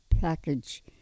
package